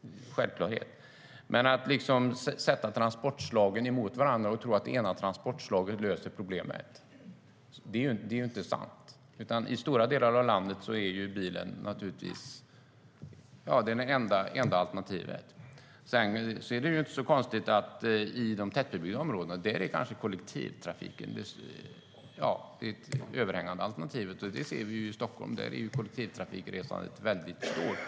Det är en självklarhet. Man kan inte ställa transportslagen mot varandra och tro att det ena transportslaget löser problemet, för det är inte sant. I stora delar av landet är bilen det enda alternativet. Sedan är det inte så konstigt att kollektivtrafiken är det överlägsna alternativet i de tätbebyggda områdena. Det ser vi i Stockholm, där kollektivtrafikresandet är väldigt stort.